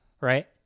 Right